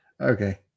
Okay